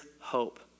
hope